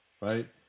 right